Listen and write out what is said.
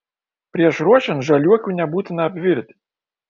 prieš ruošiant žaliuokių nebūtina apvirti